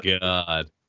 god